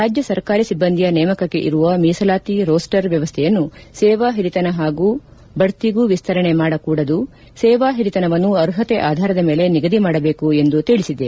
ರಾಜ್ಯ ಸರ್ಕಾರಿ ಸಿಬ್ಬಂದಿಯ ನೇಮಕಕ್ಕೆ ಇರುವ ಮೀಸಲಾತಿ ರೋಸ್ವರ್ ವ್ಕವಸ್ಥೆಯನ್ನು ಸೇವಾ ಹಿರಿತನ ಮತ್ತು ಬಡ್ತಿಗೂ ವಿಸ್ತರಣೆ ಮಾಡಕೂಡದು ಸೇವಾ ಹಿರಿತನವನ್ನು ಅರ್ಹತೆ ಆಧಾರದ ಮೇಲೆ ನಿಗದಿ ಮಾಡಬೇಕು ಎಂದು ತಿಳಿಸಿದೆ